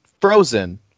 frozen